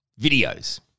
videos